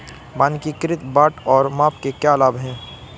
मानकीकृत बाट और माप के क्या लाभ हैं?